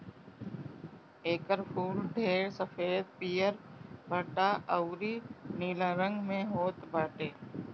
एकर फूल ढेर सफ़ेद, पियर, भंटा अउरी नीला रंग में होत बाटे